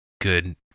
good